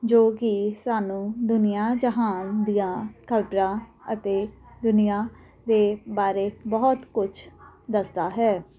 ਜੋ ਕਿ ਸਾਨੂੰ ਦੁਨੀਆ ਜਹਾਨ ਦੀਆਂ ਖ਼ਬਰਾਂ ਅਤੇ ਦੁਨੀਆ ਦੇ ਬਾਰੇ ਬਹੁਤ ਕੁਛ ਦੱਸਦਾ ਹੈ